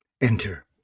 enter